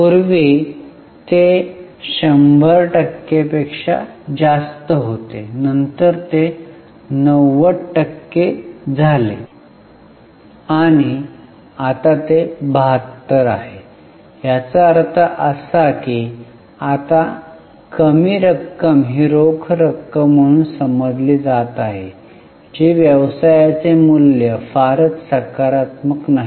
पूर्वी ते 100 पेक्षा जास्त होते नंतर ते 90 टक्के झाले आणि आता ते 72 आहे याचा अर्थ असा आहे की आता कमी रक्कम ही रोख रक्कम म्हणून समजली जात आहे जी व्यवसायाचे मूल्य फारच सकारात्मक नाही